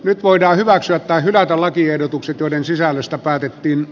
nyt voidaan hyväksyä tai hylätä lakiehdotukset joiden sisällöstä päätettiin